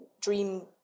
dream